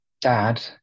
dad